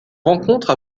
rencontre